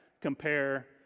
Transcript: Compare